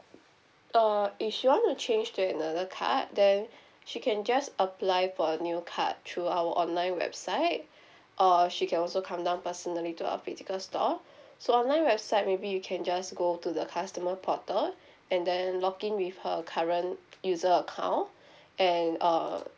uh if she want to change to another card then she can just apply for a new card through our online website uh she can also come down personally to our physical store so online website maybe you can just go to the customer portal and then log in with her current user account and err